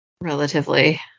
relatively